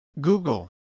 Google